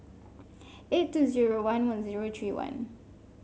eight two one one three one